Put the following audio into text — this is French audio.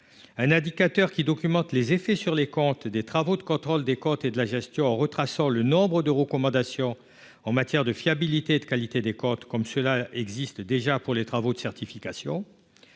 indicateur documenterait les effets sur les comptes des travaux de contrôle des comptes et de la gestion en retraçant le nombre de recommandations faites en matière de fiabilité et de qualité des comptes, comme cela existe déjà pour les travaux de certification.